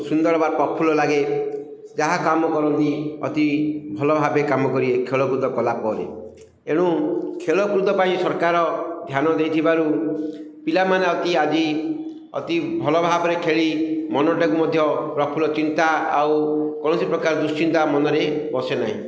ସୁନ୍ଦର ବା ପ୍ରଫୁଲ୍ଲ ଲାଗେ ଯାହା କାମ କରନ୍ତି ଅତି ଭଲ ଭାବେ କାମ କରି ଖେଳକୁଦ କଲା ପରେ ଏଣୁ ଖେଳକୁଦ ପାଇଁ ସରକାର ଧ୍ୟାନ ଦେଇଥିବାରୁ ପିଲାମାନେ ଅତି ଆଜି ଅତି ଭଲ ଭାବରେ ଖେଳି ମନଟାକୁ ମଧ୍ୟ ପ୍ରଫୁଲ୍ଲ ଚିନ୍ତା ଆଉ କୌଣସି ପ୍ରକାର ଦୁଶ୍ଚିନ୍ତା ମନରେ ବସେ ନାହିଁ